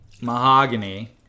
mahogany